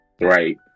Right